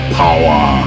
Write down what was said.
power